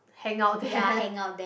hang out there